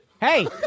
Hey